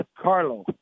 Carlo